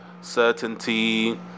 certainty